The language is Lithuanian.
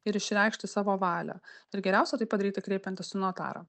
ir išreikšti savo valią ir geriausia tai padaryti kreipiantis į notarą